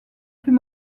plus